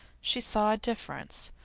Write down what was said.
she saw a difference.